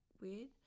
weird